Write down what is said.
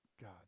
God